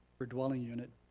per dwelling unit